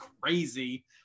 crazy